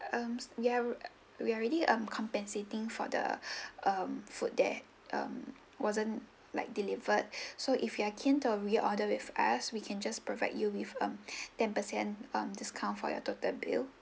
um ya we are already um compensating for the um food that um wasn't like delivered so if you are keen to reorder with us we can just provide you with um ten percent um discount for your total bill